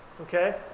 Okay